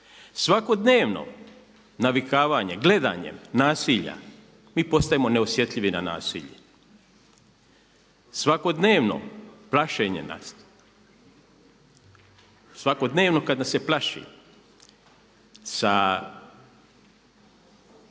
Svakodnevno navikavanje, gledanje nasilja, mi postajemo neosjetljivi na nasilje. Svakodnevno plašenje nas, svakodnevno kada nas se plaši sa